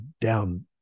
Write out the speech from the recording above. down